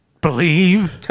believe